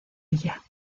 ella